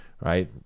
Right